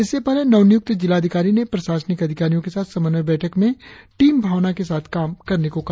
इससे पहले नवनियुक्त जिला अधिकारी ने प्रशासनिक अधिकारियों के साथ समन्वय बैठक में टीम भावना के साथ काम करने को कहा